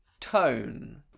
tone